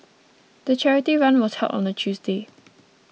the charity run was held on a Tuesday